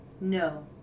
No